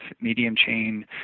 medium-chain